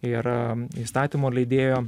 yra įstatymo leidėjo